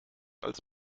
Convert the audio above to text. als